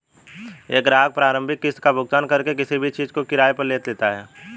एक ग्राहक प्रारंभिक किस्त का भुगतान करके किसी भी चीज़ को किराये पर लेता है